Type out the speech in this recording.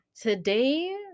today